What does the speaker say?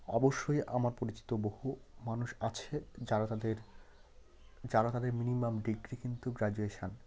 অবশ্যই আমার পরিচিত বহু মানুষ আছে যারা তাদের যারা তাদের মিনিমাম ডিগ্রি কিন্তু গ্রাজুয়েশান